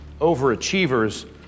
overachievers